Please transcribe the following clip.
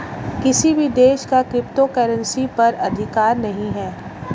किसी भी देश का क्रिप्टो करेंसी पर अधिकार नहीं है